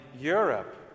Europe